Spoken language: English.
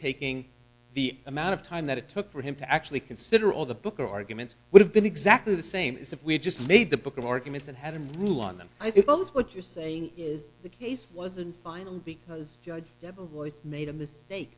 taking the amount of time that it took for him to actually consider all the booker arguments would have been exactly the same as if we had just made the book of arguments and had them rule on them i think almost what you're saying is the case wasn't final because the boys made a mistake